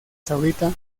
saudita